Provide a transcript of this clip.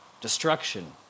destruction